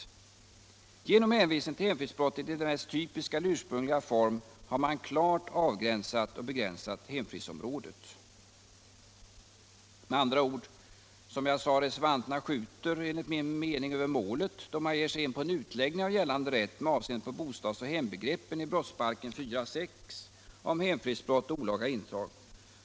Och genom hänvisning till hemfridsbrottet i dess mest typiska eller ursprungliga form har man klart avgränsat och begränsat hemfridsområdet. Med andra ord skjuter reser 193 vanterna, som jag sade, över målet då de ger sig in på en utläggning av gällande rätt med avseende på bostadsoch hembegreppen i brottsbalken 4:6 om hemfridsbrott och olaga intrång.